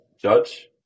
judge